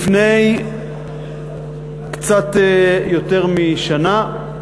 לפני קצת יותר משנה,